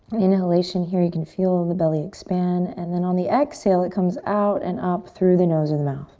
inhalation here. you can feel the belly expand. and then on the exhale, it comes out and up through the nose and mouth